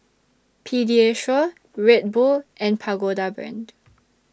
Pediasure Red Bull and Pagoda Brand